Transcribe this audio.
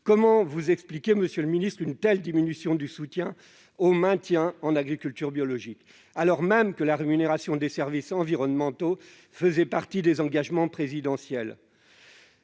comment expliquez-vous une telle diminution du soutien au maintien en agriculture biologique, alors même que la rémunération des services environnementaux faisait partie des engagements présidentiels ?